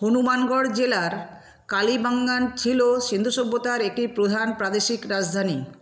হনুমানগড় জেলার কালিবাঙ্গান ছিলো সিন্ধু সভ্যতার একটি প্রধান প্রাদেশিক রাজধানী